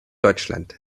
deutschland